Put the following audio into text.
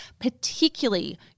particularly